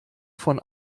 von